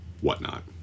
whatnot